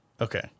Okay